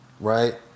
right